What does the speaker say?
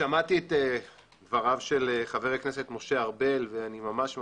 שמעתי את דבריו של חבר הכנסת משה ארבל והתרשמתי